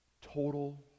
total